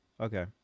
Okay